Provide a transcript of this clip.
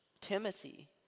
Timothy